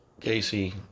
Casey